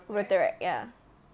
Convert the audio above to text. rotaract ya